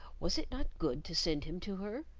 was it not good to send him to her?